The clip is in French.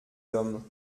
hommes